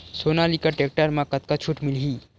Sonalika tractor म कतका छूट मिलही?